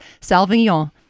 Salvignon